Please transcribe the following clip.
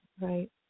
Right